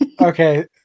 Okay